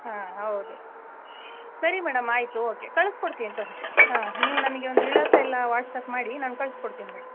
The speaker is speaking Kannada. ಹಾಂ ಹೌದು ಸರಿ ಮೇಡಮ್ ಆಯಿತು ಓಕೆ ಕಳ್ಸ್ಕೊಡ್ತೀನಿ ಹಾಂ ನೀವು ನನಗೆ ವಿಳಾಸಯೆಲ್ಲ ವಾಟ್ಸ್ಆ್ಯಪ್ ಮಾಡಿ ನಾನು ಕಳ್ಸ್ಕೊಡ್ತೀನಿ ಮೇಡಮ್